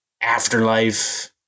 Afterlife